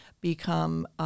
become –